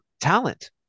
talent